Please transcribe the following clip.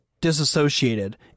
disassociated